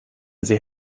sie